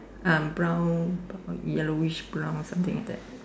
um brown brown yellowish brown something like that